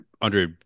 Andre